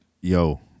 yo